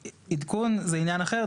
עדכון זה עניין אחר.